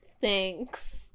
Thanks